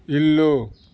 ఇల్లు